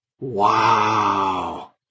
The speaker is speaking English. Wow